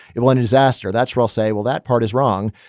it will end disaster. that's why i'll say, well, that part is wrong,